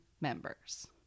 members